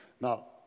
Now